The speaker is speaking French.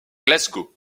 glasgow